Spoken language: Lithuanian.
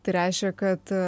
tai reiškia kad